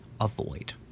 avoid